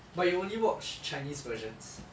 but you only watch chinese versions